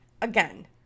again